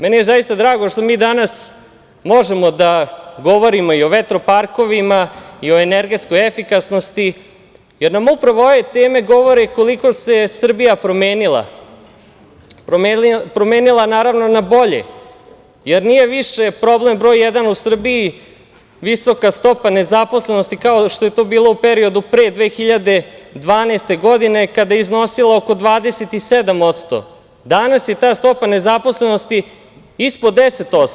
Meni je zaista drago što mi danas možemo da govorimo i o vetroparkovima, i o energetskoj efikasnosti, jer nam upravo ove teme govore koliko se Srbija promenila, naravno na bolje, jer nije više problem broj jedan u Srbiji visoka stopa nezaposlenosti, kao što je to bilo u periodu pre 2012. godine, kada je iznosilo oko 27%, danas je ta stopa nezaposlenosti ispod 10%